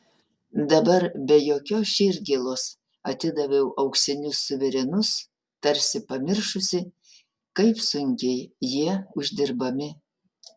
dabar be jokios širdgėlos atidaviau auksinius suverenus tarsi pamiršusi kaip sunkiai jie uždirbami